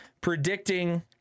Predicting